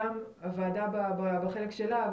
גם הוועדה בחלק שלה,